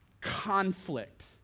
conflict